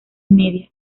media